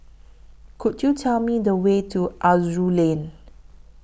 Could YOU Tell Me The Way to Aroozoo Lane